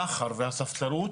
הסחר והספסרות